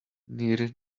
near